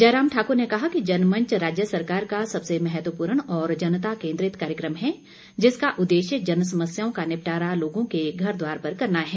जयराम ठाकुर ने कहा कि जनमंच राज्य सरकार का सबसे महत्वपूर्ण और जनता केंद्रित कार्यक्रम है जिसका उद्देश्य जनसमस्याओं का निपटारा लोगों के घर द्वार पर करना है